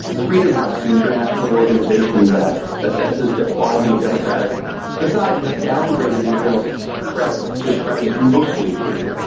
freedom house, the international organisation that assesses the quality of democratic society, has downgraded israel's press to describe it as mostly free.